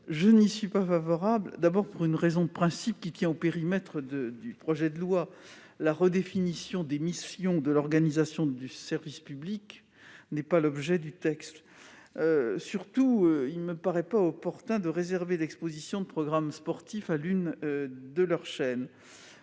n'y est pas favorable, d'abord pour une raison de principe tenant au périmètre du projet de loi : la redéfinition des missions de l'organisation du service public n'est pas l'objet du présent texte. Surtout, il ne me semble pas opportun de réserver l'exposition de programmes sportifs à une seule chaîne